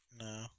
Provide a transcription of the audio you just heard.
No